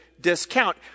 discount